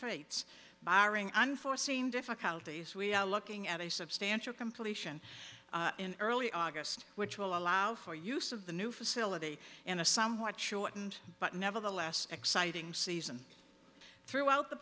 fate barring unforeseen difficulties we are looking at a substantial completion in early august which will allow for use of the new facility in a somewhat shortened but nevertheless exciting season throughout the